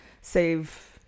save